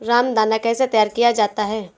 रामदाना कैसे तैयार किया जाता है?